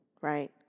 Right